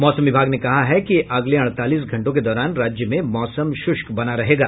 मौसम विभाग ने कहा है कि अगले अड़तालीस घंटों के दौरान राज्य में मौसम शुष्क बना रहेगा